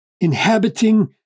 inhabiting